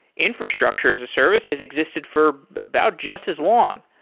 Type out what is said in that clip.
infrastructure as a service has existed for about just as long.